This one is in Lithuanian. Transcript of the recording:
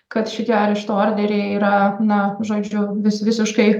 kad šitie arešto orderiai yra na žodžiu vis visiškai